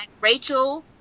Rachel